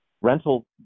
rental